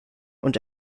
und